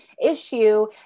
issue